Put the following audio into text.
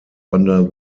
under